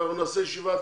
נעשה ישיבה